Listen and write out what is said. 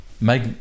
make